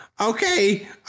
Okay